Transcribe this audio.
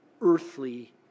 earthly